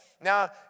Now